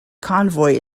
convoy